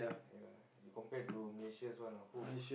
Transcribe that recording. ya you compare to Malaysia's one ah !whoo!